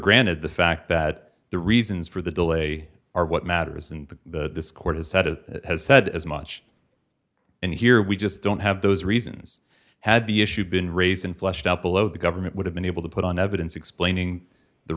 granted the fact that the reasons for the delay are what matters and the court has said it has said as much and here we just don't have those reasons had the issue been raised and flushed out below the government would have been able to put on evidence explaining the